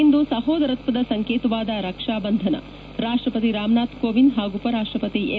ಇಂದು ಸಹೋದರತ್ವದ ಸಂಕೇತವಾದ ರಕ್ಷಾಬಂಧನ ರಾಷ್ಟ್ರಪತಿ ರಾಮನಾಥ್ ಕೋವಿಂದ್ ಹಾಗೂ ಉಪರಾಷ್ಟ ಪತಿ ಎಂ